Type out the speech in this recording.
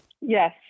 Yes